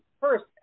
first